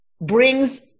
brings